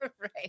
right